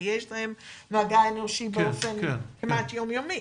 כי יש להם מגע אנושי באופן כמעט יום-יומי,